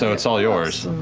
so it's all yours.